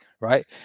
Right